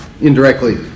indirectly